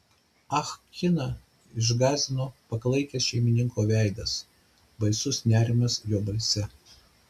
ah kiną išgąsdino paklaikęs šeimininko veidas baisus nerimas jo balse